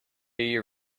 you